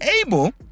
able